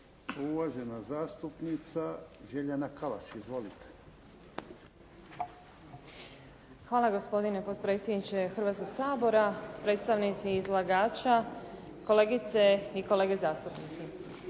Uvažena zastupnica Željana Kalaš. Izvolite. **Podrug, Željana (HDZ)** Hvala gospodine potpredsjedniče Hrvatskoga sabora, predstavnici izlagača, kolegice i kolege zastupnici.